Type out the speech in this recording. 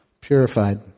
purified